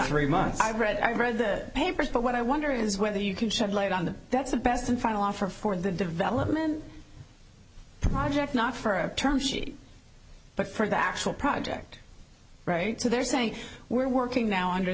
three months i read i read the papers but what i wonder is whether you can shed light on that that's the best and final offer for the development project not for a term sheet but for the actual project so they're saying we're working now under